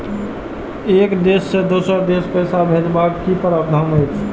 एक देश से दोसर देश पैसा भैजबाक कि प्रावधान अछि??